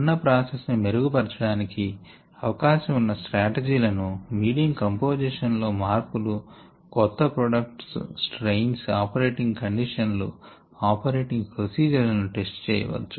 ఉన్న ప్రాసెస్ ని మెరుగు పర్చడానికి అవకాశం ఉన్న స్ట్రాటజీ లను మీడియం కంపొజిషన్ లో మార్పులు కొత్త ప్రొడక్షన్ స్ట్రయిన్స్ ఆపరేటింగ్ కండిషన్ లు ఆపరేటింగ్ ప్రోసిజర్ లను టెస్ట్ చేయ వచ్చు